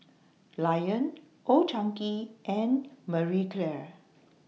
Lion Old Chang Kee and Marie Claire